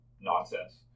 nonsense